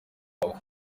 papa